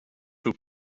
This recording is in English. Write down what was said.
who